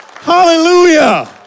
Hallelujah